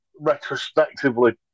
retrospectively